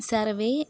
सर्वे